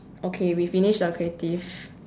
okay we finish the creative